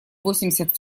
восемьдесят